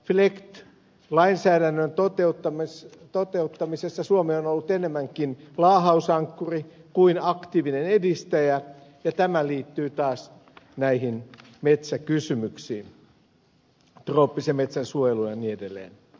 flegt lainsäädännön toteuttamisessa suomi on ollut enemmänkin laahausankkuri kuin aktiivinen edistäjä ja tämä liittyy taas näihin metsäkysymyksiin trooppisen metsän suojeluun ja niin edelleen